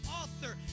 author